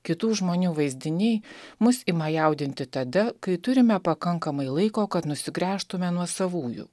kitų žmonių vaizdiniai mus ima jaudinti tada kai turime pakankamai laiko kad nusigręžtume nuo savųjų